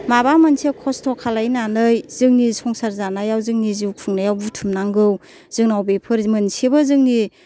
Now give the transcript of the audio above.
माबा मोनसे खस्थ' खालायनानै जोंनि संसार जानायाव जोंनि जिउ खुंनायाव बुथुमनांगौ जोंनाव बेफोर मोनसेबो जोंनि